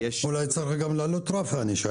אולי צריך גם להעלות את רף הענישה.